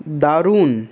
দারুণ